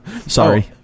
Sorry